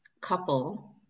couple